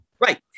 Right